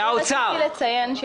נציגת